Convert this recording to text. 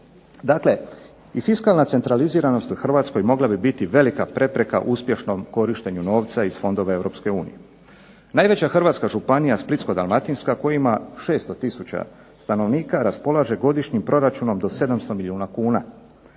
Dakle, i fiskalna centraliziranost u Hrvatskoj mogla bi biti velika prepreka uspješnom korištenju novca iz fondova Europske unije. Najveća Hrvatska županija Splitsko-dalmatinska koja ima 600 tisuća stanovnika raspolaže godišnjim proračunom do 700 milijuna kuna,